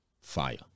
Fire